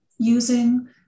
using